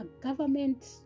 government